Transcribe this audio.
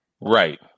Right